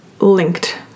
linked